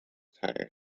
tired